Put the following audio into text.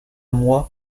mois